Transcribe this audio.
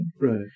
Right